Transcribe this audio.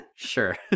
Sure